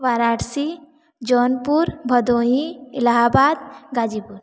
Varanasi Jaunpur Bhadohi Allahabad Ghazipur